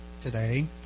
today